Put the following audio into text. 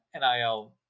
NIL